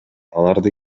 аларды